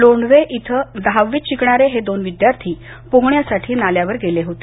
लोंढवे इथे दहावीत शिकणारे हे दोन विद्यार्थी पोहण्यासाठी नाल्यावर गेले होते